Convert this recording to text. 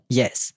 yes